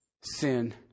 sin